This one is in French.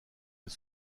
les